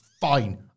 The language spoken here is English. fine